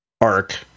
arc